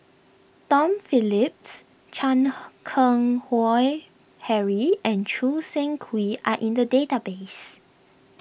Tom Phillips Chan Keng Howe Harry and Choo Seng Quee are in the database